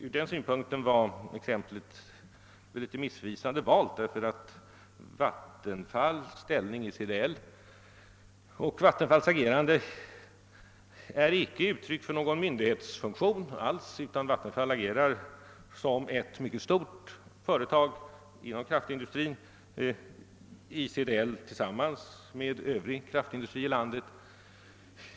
Från den synpunkten var exemplet litet missvisande, eftersom Vattenfalls ställning i CDL inte är uttryck för någon myndighetsfunktion; Vattenfall agerar som ett mycket stort företag inom kraftindustrin i CDL tillsammans med övriga kraftföretag i landet.